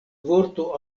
vorto